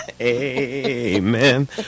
Amen